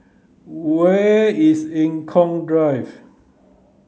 where is Eng Kong Drive